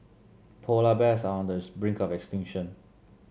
polar bears are on the brink of extinction